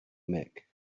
mick